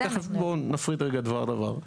נפריד רגע דבר-דבר.